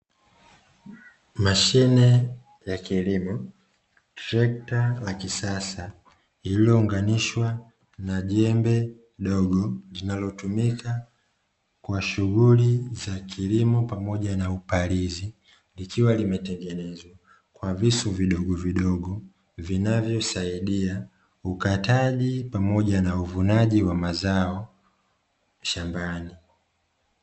Mashine ya kilimo, trekta la kisasa; lililounganishwa na jembe dogo linalotumika kwa shughuli za kilimo pamoja na upalizi, likiwa limetengenezwa kwa visu vidogovidogo vinavyosaidia ukataji pamoja na uvunaji wa mazao shambani.